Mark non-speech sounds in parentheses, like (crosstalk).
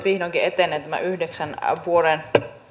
(unintelligible) vihdoinkin etenee tämän yhdeksän vuoden